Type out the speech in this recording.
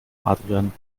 adrian